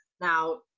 now